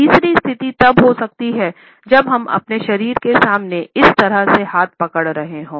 तीसरी स्थिति तब हो सकती है जब हम अपने शरीर के सामने इस तरह से हाथ पकड़ रहे हों